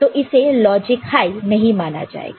तो इसे logic high नहीं माना जाएगा